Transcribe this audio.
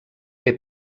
que